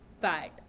fat